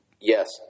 Yes